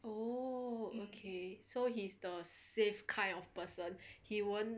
oh okay so he's the safe kind of person he won't